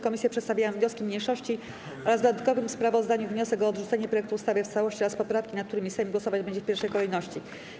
Komisje przedstawiają wnioski mniejszości oraz, w dodatkowym sprawozdaniu, wniosek o odrzucenie projektu ustawy w całości oraz poprawki, nad którymi Sejm głosować będzie w pierwszej kolejności.